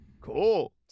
Cool